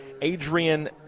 Adrian